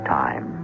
time